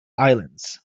islands